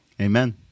Amen